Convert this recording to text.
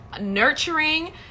nurturing